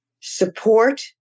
support